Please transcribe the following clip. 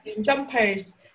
jumpers